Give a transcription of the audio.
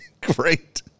Great